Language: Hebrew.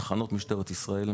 תחנות משטרת ישראל,